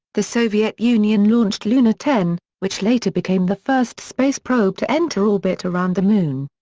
the soviet union launched luna ten, which later became the first space probe to enter orbit around the moon.